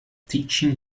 teaching